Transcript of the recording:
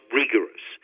rigorous